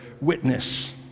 witness